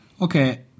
Okay